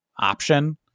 option